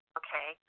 okay